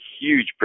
huge